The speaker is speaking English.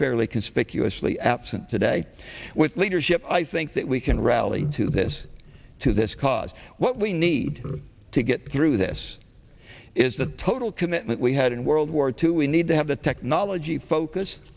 fairly conspicuously absent today with leadership i think that we can rally to this to this cause what we need to get through this is the total commitment we had in world war two we need to have the technology